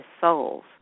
Soul's